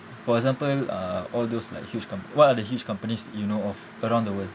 for example uh all those like huge com~ what are the huge companies you know of around the world